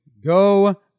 Go